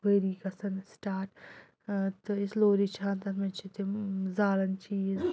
ؤری گَژھان سِٹاٹ تہٕ أسۍ لوری چھِ ہَن تَتھ منٛز چھِ تِم زالان چیٖز